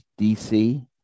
dc